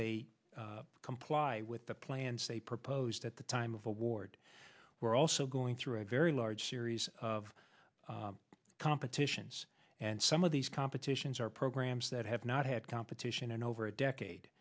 they comply with the plans they proposed at the time of award we're also going through a very large series of competitions and some of these competitions are programs that have not had competition in over a decade